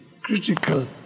critical